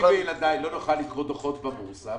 וילדיי לא נוכל לקרוא דוחות בבורסה,